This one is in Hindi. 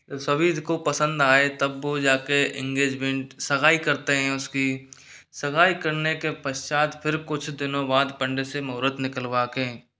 सभी को पसंद आए तब वो जाके इंगेजमेंट सगाई करते हैं उसकी सगाई करने के पश्चात फिर कुछ दिनों बाद पंडित से मुहूर्त निकलवा के